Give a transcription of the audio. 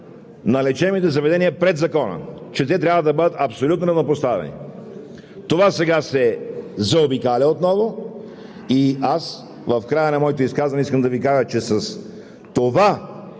на лечебните заведения пред закона – че те трябва да бъдат абсолютно равнопоставени. Това сега се заобикаля отново. В края на моето изказване искам да Ви кажа, че с това